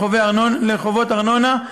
לחובות ארנונה,